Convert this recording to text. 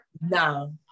no